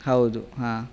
ಹೌದು ಹಾಂ